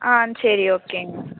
ஆ சரி ஓகேங்க